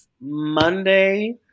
Monday